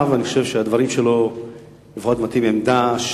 אני חושב שהדברים שלו לפחות מבטאים עמדה,